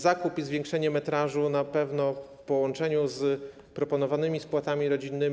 Zakup i zwiększenie metrażu na pewno w połączeniu z proponowanymi spłatami rodzinnymi.